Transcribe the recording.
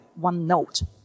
OneNote